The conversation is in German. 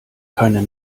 keine